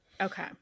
Okay